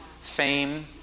Fame